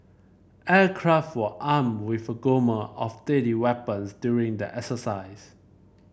aircraft were armed with a gamut of deadly weapons during the exercise